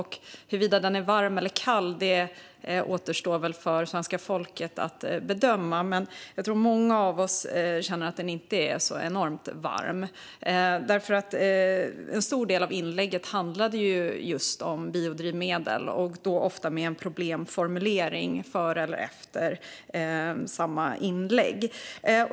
Huruvida den känslan är varm eller kall återstår för svenska folket att bedöma, men jag tror att många av oss känner att den inte är så enormt varm. En stor del av inlägget handlade just om biodrivmedel och då ofta med en problemformulering före eller efter.